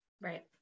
Right